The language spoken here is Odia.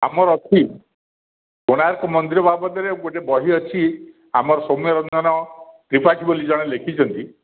ଆମର ଅଛି କୋଣାର୍କ ମନ୍ଦିର ବାବଦରେ ଗୋଟେ ବହି ଅଛି ଆମର ସୋମ୍ୟରଞ୍ଜନ ତ୍ରିପାଠୀ ବୋଲି ଜଣେ ଲେଖିଛନ୍ତି